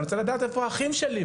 אני רוצה לדעת איפה האחים שלי,